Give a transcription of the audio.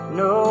no